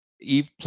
Eve